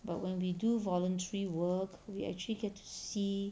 but when we do voluntary work we actually get to see